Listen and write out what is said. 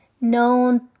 known